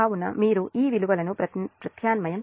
కాబట్టి మీరు ఈ విలువలను ప్రత్యామ్నాయం చేస్తారు